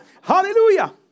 Hallelujah